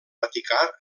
vaticà